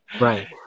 Right